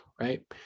Right